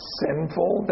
sinful